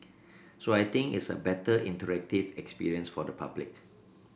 so I think it's a better interactive experience for the public